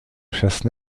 chasses